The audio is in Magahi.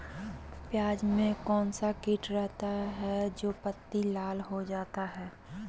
प्याज में कौन सा किट रहता है? जो पत्ती लाल हो जाता हैं